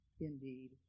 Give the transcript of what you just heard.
indeed